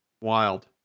Wild